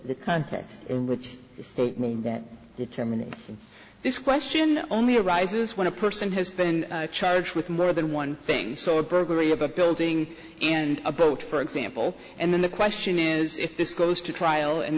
the context in which the statement that determined this question only arises when a person has been charged with more than one thing so a burglary of a building and a boat for example and then the question is if this goes to trial and